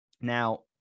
now